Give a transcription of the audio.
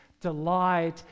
delight